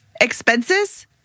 expenses